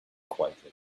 quietly